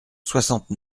soixante